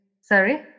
sorry